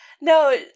No